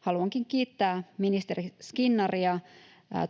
Haluankin kiittää ministeri Skinnaria